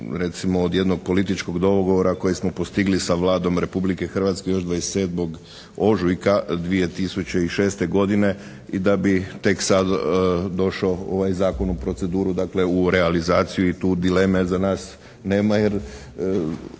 recimo od jednog političkog dogovora koji smo postigli sa Vladom Republike Hrvatske još 27. ožujka 2006. godine i da bi tek sad došao ovaj zakon u proceduru dakle i realizacije i tu dileme za nas nema jer